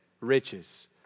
riches